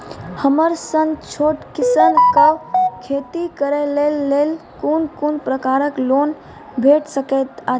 हमर सन छोट किसान कअ खेती करै लेली लेल कून कून प्रकारक लोन भेट सकैत अछि?